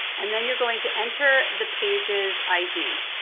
and then you're going to enter the page's id.